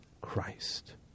Christ